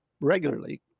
regularly